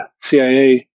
CIA